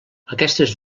aquestes